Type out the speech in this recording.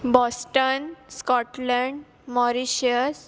Boston Scotland Mauritius